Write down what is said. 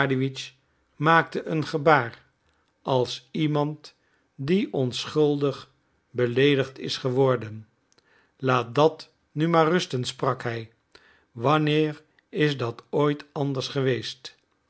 maakte een gebaar als iemand die onschuldig beleedigd is geworden laat dat nu maar rusten sprak hij wanneer is dat ooit anders geweest